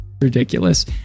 ridiculous